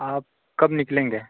आप कब निकलेंगे